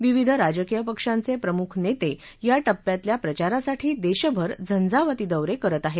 विविध राजकीय पक्षांचे प्रमुख नेते या टप्प्यातल्या प्रचारासाठी देशभर झंझावती दौरे करत आहेत